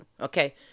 okay